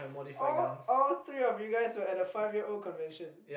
all all three of you guys were at a five year old convention